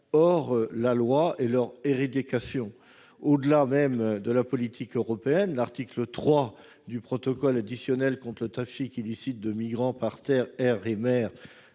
hors-la-loi et sur leur éradication. Au-delà même de la politique européenne, l'article 3 du protocole contre le trafic illicite de migrants par terre, air et mer,